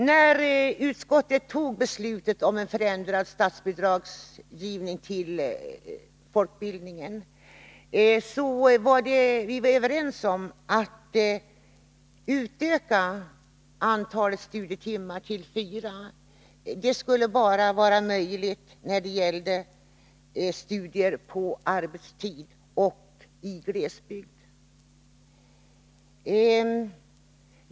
När utskottet fattade beslutet om en ändring av statsbidragsgivningen till folkbildningen var vi överens om att utöka antalet studietimmar till fyra. Fyratimmarsregeln skulle gälla bara i fråga om studier på arbetstid och i glesbygd.